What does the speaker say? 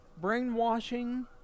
Brainwashing